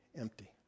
empty